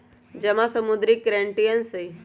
आम समुद्री क्रस्टेशियंस हई